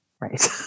Right